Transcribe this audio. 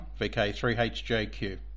VK3HJQ